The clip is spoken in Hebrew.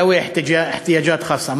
ד'ווי אחתיאג'את ח'אצה.